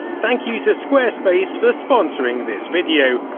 thank you to squarespace for sponsoring this video.